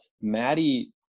Maddie